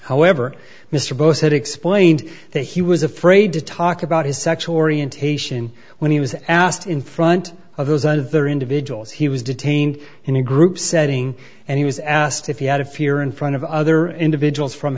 however mr bush had explained that he was afraid to talk about his sexual orientation when he was asked in front of those other individuals he was detained in a group setting and he was asked if he had a fear in front of other individuals from